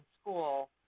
school